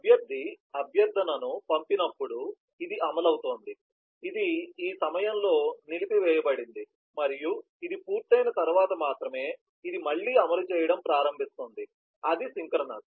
అభ్యర్థి అభ్యర్థనను పంపినప్పుడు ఇది అమలు అవుతోంది ఇది ఈ సమయంలో నిలిపివేయబడింది మరియు ఇది పూర్తయిన తర్వాత మాత్రమే ఇది మళ్లీ అమలు చేయడం ప్రారంభిస్తుంది అది సింక్రోనస్